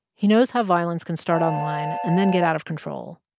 he knows how violence can start online and then get out of control.